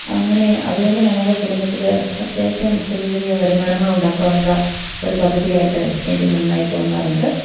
അങ്ങനെ അതു കൊണ്ട് നമുക്ക് കുടുംബത്തിൽ അത്യാവശ്യം ചെറിയ ചെറിയ വരുമാനങ്ങളുണ്ടാക്കുവാനുള്ള ഒരു പദ്ധതിയായിട്ട് എനിക്ക് നന്നായി തോന്നാറുണ്ട്